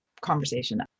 conversation